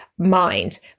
Mind